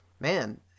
man